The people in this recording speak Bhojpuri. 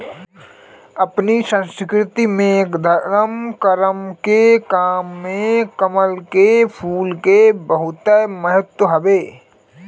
अपनी संस्कृति में धरम करम के काम में कमल के फूल के बहुते महत्व हवे